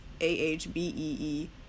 A-H-B-E-E